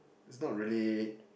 is not really